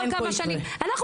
לא על חשבון, אתם